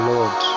Lord